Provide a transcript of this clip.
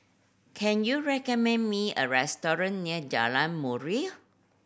can you recommend me a restaurant near Jalan Murai